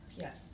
Yes